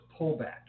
pullback